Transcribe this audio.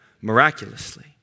miraculously